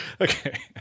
Okay